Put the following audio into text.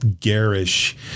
garish